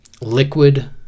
liquid